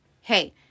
hey